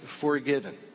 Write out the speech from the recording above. forgiven